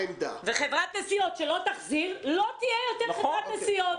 חברת נסיעות שלא תחזיר לא תהיה יותר חלק מן ההתקשרויות.